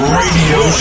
radio